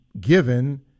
given